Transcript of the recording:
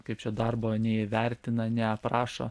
kaip čia darbo neįvertina neaprašo